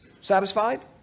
satisfied